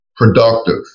productive